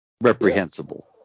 reprehensible